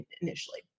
initially